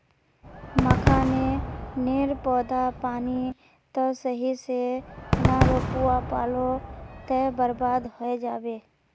मखाने नेर पौधा पानी त सही से ना रोपवा पलो ते बर्बाद होय जाबे